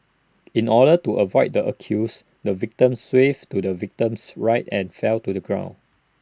in order to avoid the accused the victim swerved to the victim's right and fell to the ground